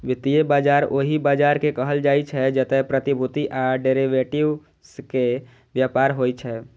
वित्तीय बाजार ओहि बाजार कें कहल जाइ छै, जतय प्रतिभूति आ डिरेवेटिव्स के व्यापार होइ छै